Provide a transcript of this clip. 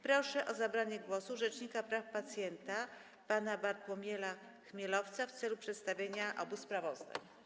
Proszę o zabranie głosu rzecznika praw pacjenta pana Bartłomieja Chmielowca w celu przedstawienia obu sprawozdań.